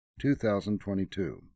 2022